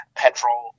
petrol